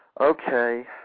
okay